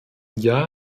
jahr